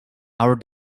our